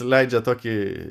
leidžia tokį